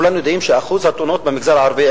כולם יודעים שאחוז התאונות במגזר הערבי,